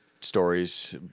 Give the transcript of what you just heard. stories